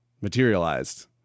materialized